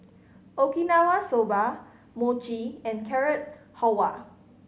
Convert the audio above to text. Okinawa Soba Mochi and Carrot Halwa